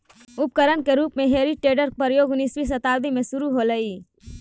उपकरण के रूप में हेइ टेडर के प्रयोग उन्नीसवीं शताब्दी में शुरू होलइ